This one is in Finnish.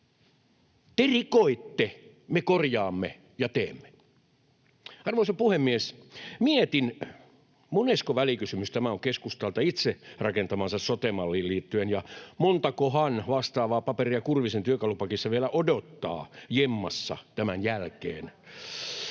Te rikoitte, me korjaamme ja teemme. Arvoisa puhemies! Mietin, monesko välikysymys tämä on keskustalta itse rakentamaansa sote-malliin liittyen ja montakohan vastaavaa paperia Kurvisen työkalupakissa vielä odottaa jemmassa tämän jälkeen.